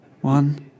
one